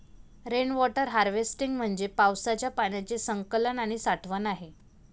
rain water harvesting म्हणजे पावसाच्या पाण्याचे संकलन आणि साठवण आहे